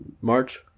march